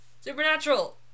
Supernatural